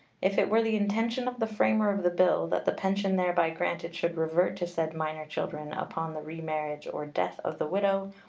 if it were the intention of the framer of the bill that the pension thereby granted should revert to said minor children upon the remarriage or death of the widow,